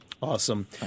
Awesome